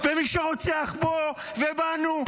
ומי שרוצח פה ובנו,